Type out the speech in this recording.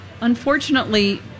unfortunately